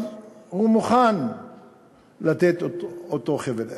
אז הוא מוכן לתת את אותו חבל ארץ.